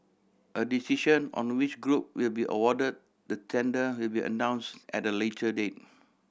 a decision on which group will be awarded the tender will be announced at a later date